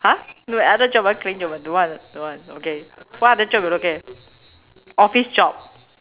!huh! no other job w~ cleaning don't want don't want okay what other job you looking at office job